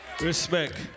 Respect